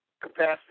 capacity